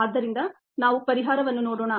ಆದ್ದರಿಂದ ನಾವು ಪರಿಹಾರವನ್ನು ನೋಡೋಣ